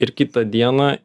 ir kitą dieną